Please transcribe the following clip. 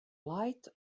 light